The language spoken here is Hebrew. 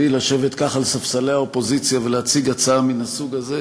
ולשבת כך על ספסלי האופוזיציה ולהציג הצעה מן הסוג הזה,